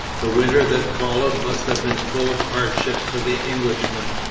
the winter that followed must have been full of hardship for the englishmen,